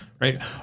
right